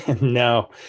No